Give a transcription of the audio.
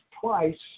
twice